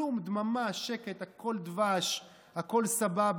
כלום, דממה, שקט, הכול דבש, הכול סבבה.